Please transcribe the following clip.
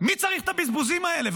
מי צריך את הבזבוזים האלה?